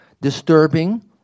disturbing